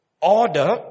order